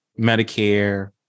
Medicare